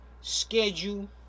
schedule